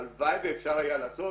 הלוואי שאפשר היה לעשות